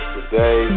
Today